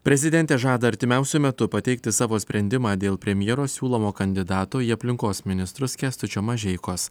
prezidentė žada artimiausiu metu pateikti savo sprendimą dėl premjero siūlomo kandidato į aplinkos ministrus kęstučio mažeikos